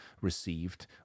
received